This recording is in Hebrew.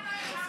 למה לא העברתם,